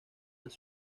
las